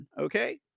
okay